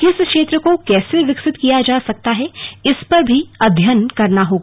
किस क्षेत्र को कैसे विकसित किया जा सकता है इस पर भी अध्ययन करना होगा